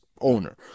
owner